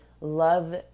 love